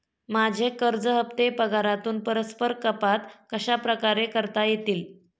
माझे कर्ज हफ्ते पगारातून परस्पर कपात कशाप्रकारे करता येतील?